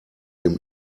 dem